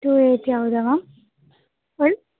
to eighty ಹೌದಾ ma'am